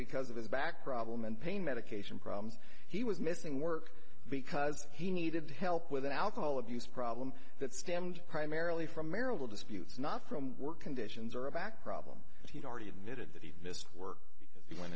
because of his back problem and pain medication problems he was missing work because he needed help with an alcohol abuse problem that stemmed primarily from merrill disputes not from work conditions or a back problem that he'd already admitted that he missed work he went